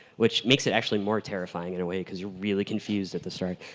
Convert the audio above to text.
which makes it actually more terrifying in a way because you're really confused at the start.